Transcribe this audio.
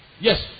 Yes